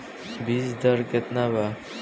बीज दर केतना वा?